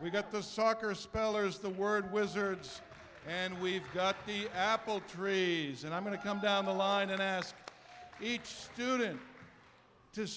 we've got the soccer spellers the word wizards and we've got the apple tree is and i'm going to come down the line and ask each student